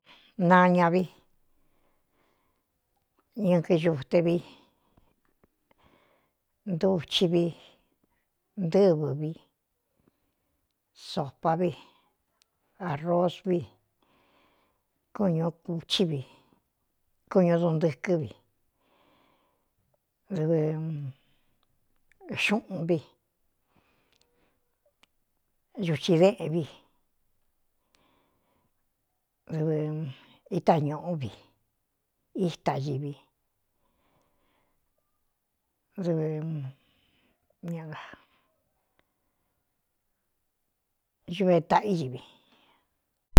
Naña vi ñɨkɨ xute vi nduchi vi ntɨ́vɨ vi sopá vi ārosvi kñ kuñu duuntɨkɨ́ vi dɨvɨ xuꞌun vi uchi déꞌen vi dɨ itañūꞌú vi íta iví d ña uve taꞌí ivi.